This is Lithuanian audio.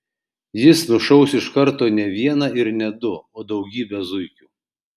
jis nušaus iš karto ne vieną ir ne du o daugybę zuikių